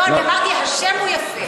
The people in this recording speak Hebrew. לא חשוב.